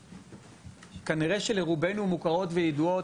שכנראה לרובנו הן מוכרות וידועות,